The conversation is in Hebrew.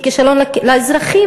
היא כישלון לאזרחים.